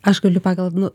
aš galiu pagal nu